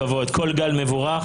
כל הכבוד, כל גל מבורך.